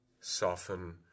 soften